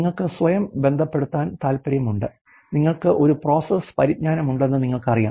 നിങ്ങൾക്ക് സ്വയം ബന്ധപ്പെടുത്താൻ താൽപ്പര്യമുണ്ട് നിങ്ങൾക്ക് ഒരു പ്രോസസ് പരിജ്ഞാനമുണ്ടെന്ന് നിങ്ങൾക്കറിയാം